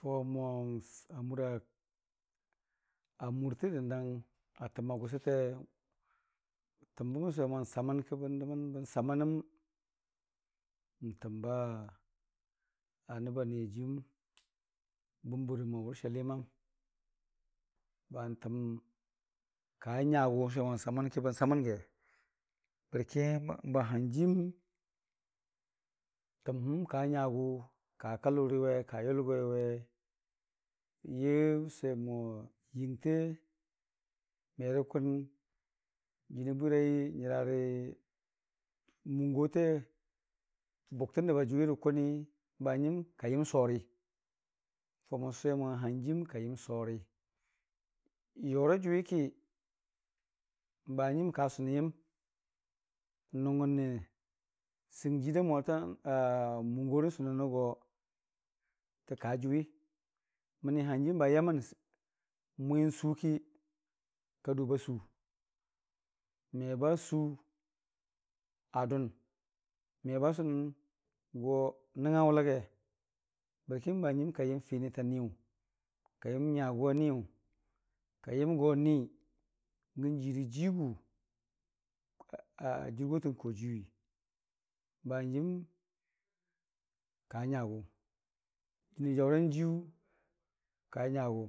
Faʊ mo amura a murtə dəndang a təm a gʊsəte təmbə bən sʊwe mo n'samənkə bən dəmən bən samənəm n'təmba nəbba niyajiiyuməm bə n'bɨrɨmo urshelima bamtəm ka nyagʊ n'sʊwemo n'samən ki bən samənge bərki n'bahanjii təmhəmka nyagʊ ka kalʊwʊ we ka yʊlgoriwe yə n'sʊwe mo yɨngte merə kʊn jənii bwarai yərari mungote bʊktə nəb a jʊwirə kʊni, bahanjii ka yəm sori mən faʊmən sʊweo hanjiim kayəm soriyora jʊwiki banjiim a sʊnən yəm nʊngngəne sɨng jiirda a mungorən sʊmənə go tə kajʊwi məni hanjiim ba yamən n'mwe n'su ki kadʊ basu, mebasu adʊʊn, me ba sʊnəngo n'nəngnga wʊlage bərki bhanjiim kayəmfinita niyʊ ka yəm nyagʊwianiyʊ ka yəmgo ni gən jiira jiigu jɨrgo tən kojii yuwii, bahanjiim ka nyagʊ jənii jaʊran jiiyʊ ka nyagʊ.